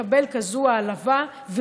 לקבל כזאת העלבה,